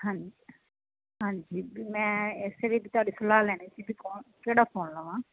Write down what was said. ਹਾਂਜੀ ਮੈਂ ਇਸੇ ਲਈ ਤੁਹਾਡੀ ਸਲਾਹ ਲੈਣੀ ਸੀ ਕਿਹੜਾ ਫੋਨ ਲਵਾਂ